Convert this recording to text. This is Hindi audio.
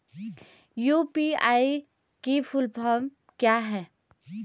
यु.पी.आई की फुल फॉर्म क्या है?